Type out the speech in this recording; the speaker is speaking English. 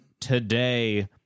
Today